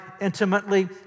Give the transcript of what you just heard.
intimately